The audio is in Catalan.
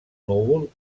núvol